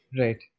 Right